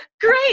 great